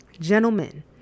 Gentlemen